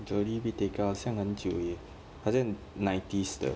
jodie whittaker 好像很久 eh 好像 nineties 的